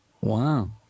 Wow